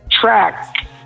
track